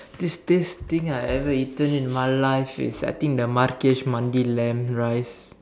tastiest thing I ever eaten in my life is I think the Marrakesh Mandi lamb rice